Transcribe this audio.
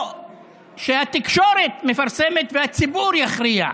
או שהתקשורת מפרסמת, והציבור יכריע.